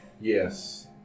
Yes